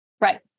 Right